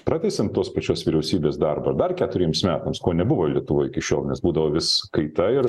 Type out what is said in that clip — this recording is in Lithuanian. pratęsiant tos pačios vyriausybės darbą dar keturiems metams ko nebuvo lietuvoj iki šiol nes būdavo vis kaita ir